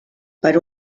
per